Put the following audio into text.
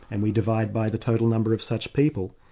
and we divide by the total number of such people.